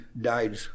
died